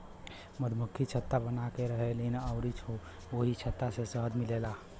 मधुमक्खि छत्ता बनाके रहेलीन अउरी ओही छत्ता से शहद मिलेला